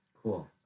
Cool